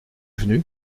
venu